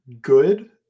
good